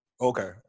okay